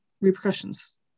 repercussions